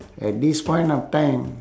at this point of time